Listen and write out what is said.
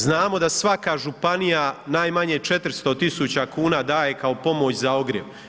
Znamo da svaka županija najmanje 400 tisuća kuna daje kao pomoć za ogrjev.